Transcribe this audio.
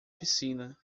piscina